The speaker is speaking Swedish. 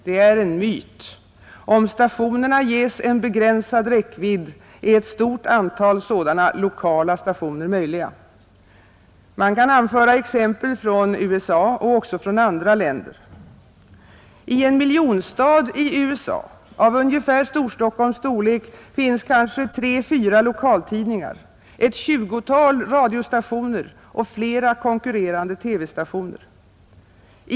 Det är en myt: om stationerna ges en begränsad räckvidd är ett stort antal sådana lokala stationer möjliga. Man kan anföra exempel på detta från USA och även från andra länder. I en miljonstad i USA av ungefär Storstockholms storlek finns kanske tre, fyra lokaltidningar, ett tjugotal radiostationer och flera konkurrerande TV-stationer.